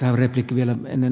se on tärkeää